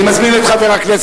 אני מזמין את חבר הכנסת,